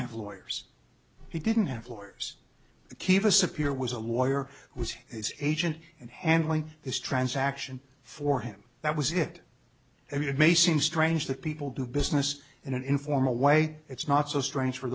have lawyers he didn't have lawyers keep us appear was a lawyer who was his agent and handling this transaction for him that was it i mean it may seem strange that people do business in an informal way it's not so strange for